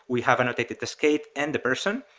we have annotated the skate and the person.